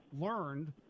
learned